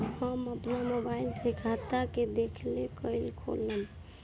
हम आपन मोबाइल से खाता के देखेला कइसे खोलम?